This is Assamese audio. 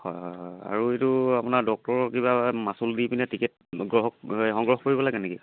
হয় হয় হয় আৰু এইটো আপোনাৰ ডক্টৰৰ কিবা মাচুল দি পিনে টিকেট সংগ্ৰহ সংগ্ৰহ কৰিব লাগে নেকি